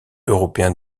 européen